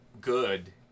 good